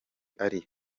ari